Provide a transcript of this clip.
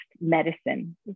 medicine